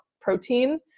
protein